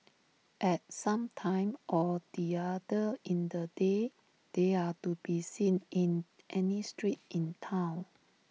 at some time or the other in the day they are to be seen in any street in Town